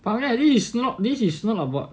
fariah this is not this is not about